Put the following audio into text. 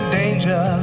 danger